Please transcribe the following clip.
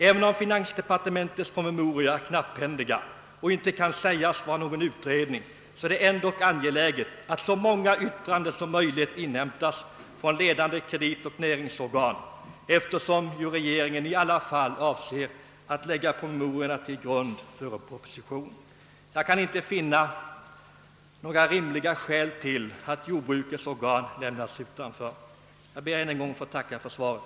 Även om finansdepartementets promemorior är knapphändiga och inte kan sägas utgöra en utredning är det angeläget att så många yttranden som möjligt inhämtas från ledande kreditoch näringsorgan, eftersom ju regeringen i alla fall avser att lägga promemoriorna till grund för en proposition. Jag kan inte finna några rimliga skäl till att jordbrukets organ lämnas utanför, Herr talman! Jag ber att än en gång få tacka för svaret.